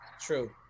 True